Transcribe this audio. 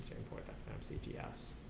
um ctf